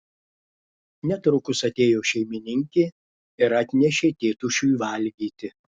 netrukus atėjo šeimininkė ir atnešė tėtušiui valgyti